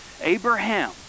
Abraham